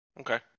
Okay